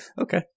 Okay